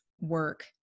work